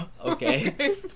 Okay